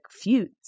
feuds